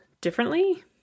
differently